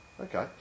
Okay